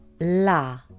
la